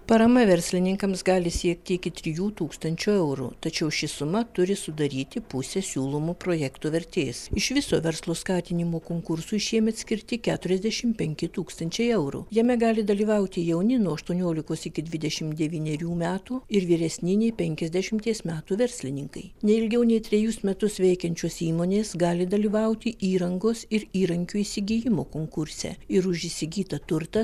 parama verslininkams gali siekti iki trijų tūkstančių eurų tačiau ši suma turi sudaryti pusę siūlomų projektų vertės iš viso verslo skatinimo konkursui šiemet skirti keturiasdešimt penki tūkstančiai eurų jame gali dalyvauti jauni nuo aštuoniolikos iki dvidešimt devynerių metų ir vyresni nei penkiasdešimties metų verslininkai neilgiau nei trejus metus veikiančios įmonės gali dalyvauti įrangos ir įrankių įsigijimo konkurse ir už įsigytą turtą